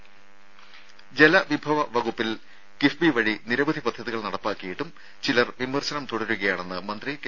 രംഭ ജലവിഭവ വകുപ്പിൽ കിഫ്ബി വഴി നിരവധി പദ്ധതികൾ നടപ്പാക്കിയിട്ടും ചിലർ വിമർശനം തുടരുകയാണെന്ന് മന്ത്രി കെ